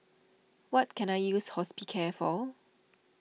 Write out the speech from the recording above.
what can I use Hospicare for